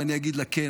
ואני אגיד לה: כן,